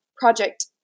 Project